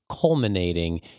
culminating